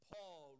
Paul